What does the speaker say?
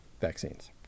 Vaccines